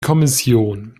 kommission